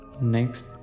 Next